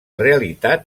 realitat